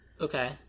okay